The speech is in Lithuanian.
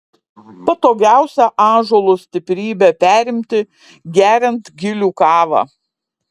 patogiausia ąžuolo stiprybę perimti geriant gilių kavą